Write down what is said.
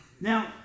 Now